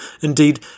Indeed